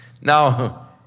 Now